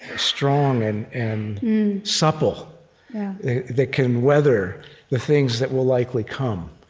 ah strong and and supple that can weather the things that will likely come?